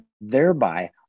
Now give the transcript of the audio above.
thereby